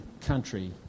country